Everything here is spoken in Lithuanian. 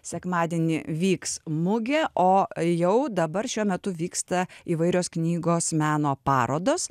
sekmadienį vyks mugė o jau dabar šiuo metu vyksta įvairios knygos meno parodos